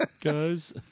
Guys